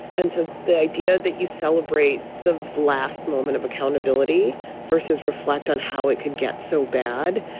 and so the idea that you celebrate the last moment of accountability versus reflect on how it could get so bad,